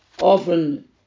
often